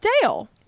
Dale